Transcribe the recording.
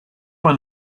one